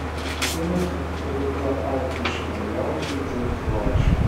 tuomet rūta atplėšė naujausią džordžo laišką